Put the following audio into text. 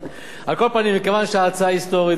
מכיוון שההצעה היא היסטורית והתשובה היא היסטורית,